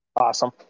Awesome